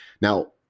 now